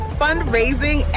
fundraising